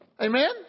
Amen